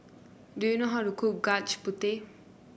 do you know how to cook Gudeg Putih